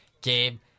Gabe